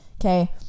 okay